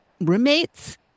roommates